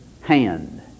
hand